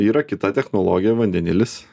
yra kita technologija vandenilis